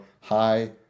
high